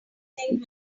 think